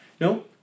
No